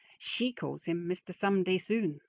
she calls him mister someday soon.